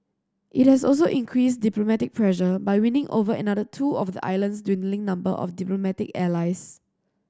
it has also increased diplomatic pressure by winning over another two of the island's dwindling number of diplomatic allies